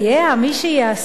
מי שיעסיק